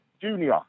Junior